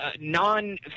non